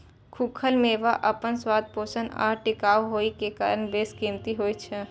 खूखल मेवा अपन स्वाद, पोषण आ टिकाउ होइ के कारण बेशकीमती होइ छै